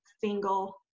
single